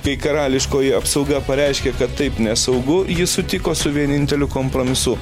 kai karališkoji apsauga pareiškė kad taip nesaugu ji sutiko su vieninteliu kompromisu